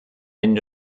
end